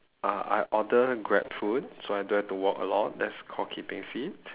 uh I order grab food so I don't have to walk a lot that's called keeping fit